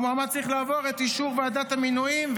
המועמד צריך לעבור את אישור ועדת המינויים,